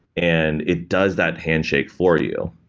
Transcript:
and it does that handshake for you.